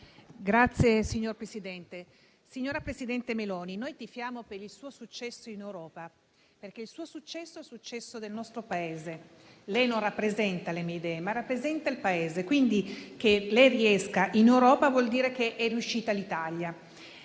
Signor Presidente, signora presidente Meloni, noi tifiamo per il suo successo in Europa, perché il suo è il successo del nostro Paese; lei non rappresenta le mie idee, ma rappresenta il Paese, quindi se lei riesce in Europa vuol dire che è riuscita l'Italia.